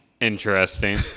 interesting